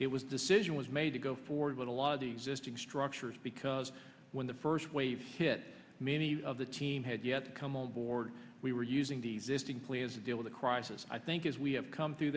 it was decision was made to go forward with a lot of the existing structures because when the first wave hit many of the team had yet come on board we were using the existing plans to deal with a crisis i think as we have come through